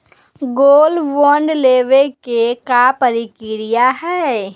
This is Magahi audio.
गोल्ड बॉन्ड लेवे के का प्रक्रिया हई?